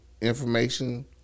information